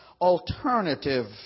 alternative